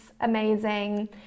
amazing